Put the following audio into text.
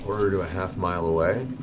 quarter to a half-mile away.